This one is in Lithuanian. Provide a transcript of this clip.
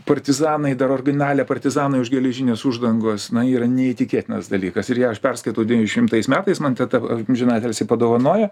partizanai dar originale partizanai už geležinės uždangos na yra neįtikėtinas dalykas ir ją aš perskaitau devynišimtais metais man teta amžinatilsį padovanoja